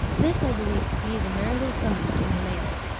this i believe to be the marital summons from the males.